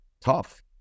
tough